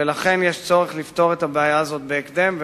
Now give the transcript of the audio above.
ולכן יש צורך לפתור את הבעיה הזאת בהקדם.